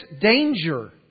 danger